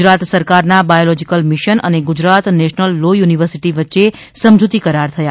ગુજરાત સરકારના biological mission અને Gujarat national law university વચ્ચે સમજૂતી કરાર થયા